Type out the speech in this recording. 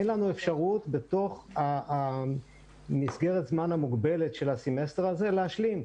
אין לנו אפשרות בתוך מסגרת הזמן המוגבלת של הסמסטר הזה להשלים.